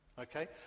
Okay